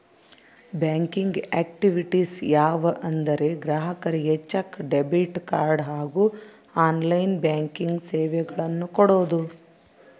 banking activities ಯಾವ ಅಂದರೆ ಗ್ರಾಹಕರಿಗೆ ಚೆಕ್, ಡೆಬಿಟ್ ಕಾರ್ಡ್ ಹಾಗೂ ಆನ್ಲೈನ್ ಬ್ಯಾಂಕಿಂಗ್ ಸೇವೆಗಳನ್ನು ಕೊಡೋದು